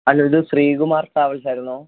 hello ഇത് Sreekumar travels ആയിരുന്നോ